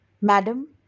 Madam